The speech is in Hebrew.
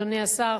אדוני השר,